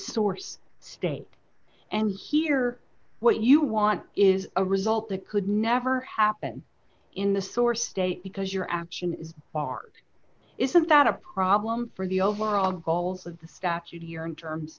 source state and here what you want is a result the could never happen in the source state because your action is barred isn't that a problem for the overall goals of the statute here in terms